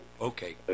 Okay